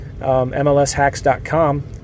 MLSHacks.com